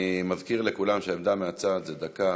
אני מזכיר לכולם שעמדה מהצד זה דקה.